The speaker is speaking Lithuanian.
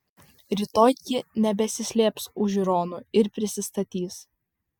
rytoj ji nebesislėps už žiūronų ir prisistatys